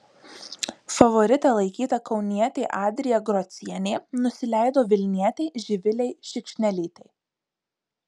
favorite laikyta kaunietė adrija grocienė nusileido vilnietei živilei šikšnelytei